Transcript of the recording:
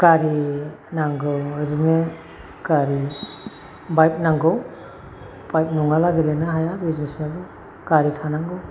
गारि नांगौ ओरैनो गारि बाइक नांगौ बाइक नङाब्ला गेलेनो हाया बिजनेसाबो गारि थानांगौ